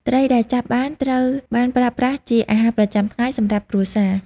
ត្រីដែលចាប់បានត្រូវបានប្រើប្រាស់ជាអាហារប្រចាំថ្ងៃសម្រាប់គ្រួសារ។